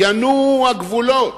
"ינועו הגבולות".